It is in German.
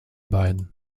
beiden